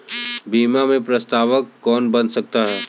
बीमा में प्रस्तावक कौन बन सकता है?